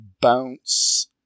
bounce